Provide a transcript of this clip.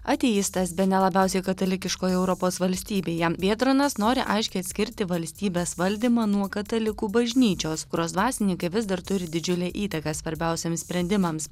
ateistas bene labiausiai katalikiškoje europos valstybėje biedronas nori aiškiai atskirti valstybės valdymą nuo katalikų bažnyčios kurios dvasininkai vis dar turi didžiulę įtaką svarbiausiems sprendimams